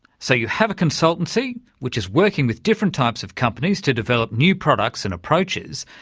so you have a consultancy which is working with different types of companies to develop new products and approaches,